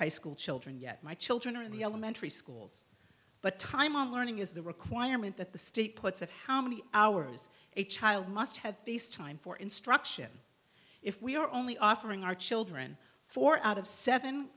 high school children yet my children are in the elementary schools but time of learning is the requirement that the state puts of how many hours a child must have time for instruction if we are only offering our children four out of seven